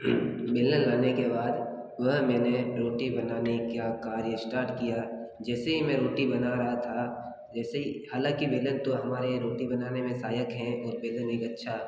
बेलन लाने के बाद वह मैंने रोटी बनाने का कार्य श्टार्ट किया जैसे ही मैं रोटी बना रहा था जैसे ही हालांकि बेलन तो हमारे यहाँ रोटी बनाने में सहायक है और बेलन एक अच्छा